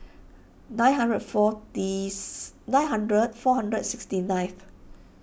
nine hundred forties nine hundred four hundred sixty ninth